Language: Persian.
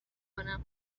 کنم